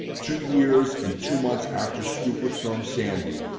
two years and two months after superstorm sandy,